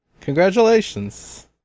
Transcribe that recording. Congratulations